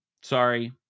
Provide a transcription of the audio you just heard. Sorry